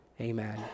Amen